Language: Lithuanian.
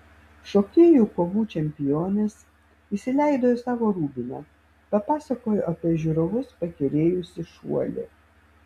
šokėjų kovų čempionės įsileido į savo rūbinę papasakojo apie žiūrovus pakerėjusį šuolį